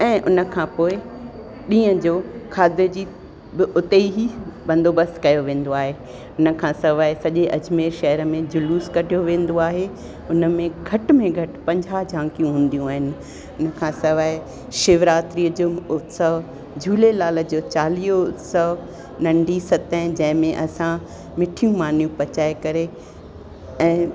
ऐं उन खां पोइ ॾींहुं खाधे जी बि उते ई बंदोबस्त कयो वेंदो आहे उन खां सवाइ सॼे अजमेर शहर में जुलूस कढियो वेंदो आहे उन में घटि में घटि पंजाहु झांकियूं हूंदियूं आहिनि उन खां सवाइ शिवरात्रीअ जो उत्सव झूलेलाल जो चालीहो उत्सव नंढी सतह जंहिंमें असां मिठियूं मानियूं पचाए करे ऐं